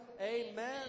Amen